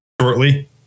shortly